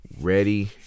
ready